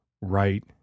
Right